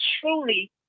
truly